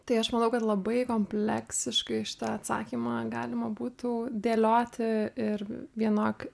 tai aš manau kad labai kompleksiškai šitą atsakymą galima būtų dėlioti ir vienok